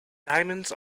diamonds